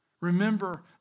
Remember